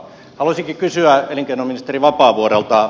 haluaisinkin kysyä elinkeinoministeri vapaavuorelta